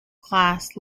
class